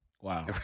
Wow